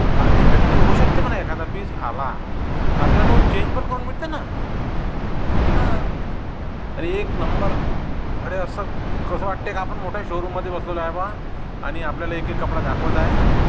हा डिफेक्टिव्ह होऊ शकते म्हणा एखादा पीस आला तर आपल्याला तो चेंज पण करून मिळते ना हां आणि एक नंबर अरे असं कसं वाटते का आपण मोठ्या शोरूममध्ये बसलेलो आहे बुवा आणि आपल्याला एक एक कपडा दाखवत आहे